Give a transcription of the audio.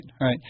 right